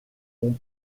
ont